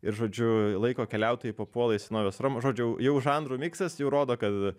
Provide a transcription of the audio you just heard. ir žodžiu laiko keliautojai papuola į senovės romą žodžiu jau žanrų miksas jau rodo kad